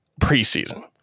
preseason